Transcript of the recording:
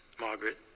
margaret